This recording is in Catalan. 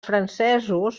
francesos